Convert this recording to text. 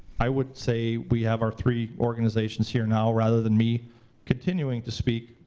i would say we have our three organizations here now. rather than me continuing to speak,